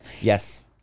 Yes